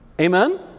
Amen